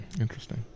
Interesting